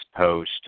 post